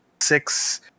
six